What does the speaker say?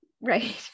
Right